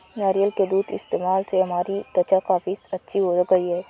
नारियल के दूध के इस्तेमाल से हमारी त्वचा काफी अच्छी हो गई है